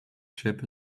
ship